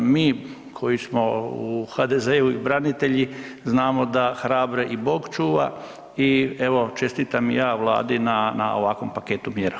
Mi koji smo u HDZ-u branitelji znamo da hrabre i Bog čuva, i evo, čestitam i ja Vladi na ovakvom paketu mjera.